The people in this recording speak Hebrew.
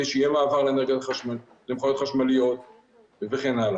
שיהיה מעבר למכוניות חשמליות וכן הלאה.